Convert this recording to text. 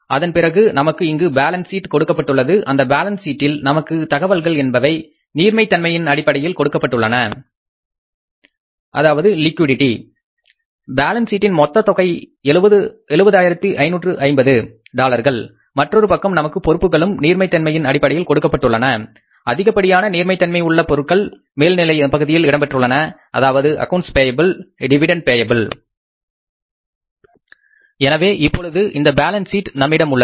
அதன் பிறகு நமக்கு இங்கு பேலன்ஸ் சீட் கொடுக்கப்பட்டுள்ளது அந்த பேலன்ஸ் ஷீட்டில் நமக்கு தகவல்கள் என்பவை நீர்மை தன்மையின் அடிப்படையில் கொடுக்கப்பட்டுள்ளன பேலன்ஸ் சீட்டின் மொத்த தொகை என்பது 70 ஆயிரத்து 550 டாலர்கள் மற்றொரு பக்கம் நமக்கு பொறுப்புகளும் நீர்மை தன்மையின் அடிப்படையில் கொடுக்கப்பட்டுள்ளன அதிகப்படியான நீர்மை தன்மை உள்ள பொருட்கள் மேல் பகுதியில் இடம்பெற்றுள்ளன அதாவது அக்கவுண்ட்ஸ் பேய்பில் 35550 டிவிடெண்ட் பேய்பில் எனவே இப்பொழுது இந்த பேலன்ஸ் சீட் நம்மிடம் உள்ளது